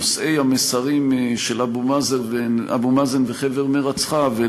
נושאי המסרים של אבו מאזן וחבר מרצחיו,